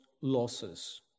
losses